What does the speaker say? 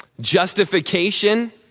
Justification